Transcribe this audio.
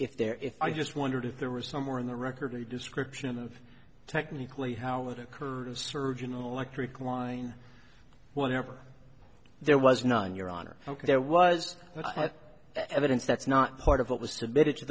if there is i just wondered if there were somewhere in the record a description of technically how it occurred and surgeon electric line whenever there was none your honor ok there was evidence that's not part of what was submitted to